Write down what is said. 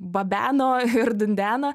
babeno ir dundeno